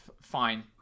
fine